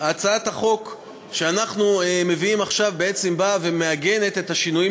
הצעת החוק שאנחנו מביאים עכשיו באה ומעגנת את השינויים